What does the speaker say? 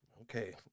Okay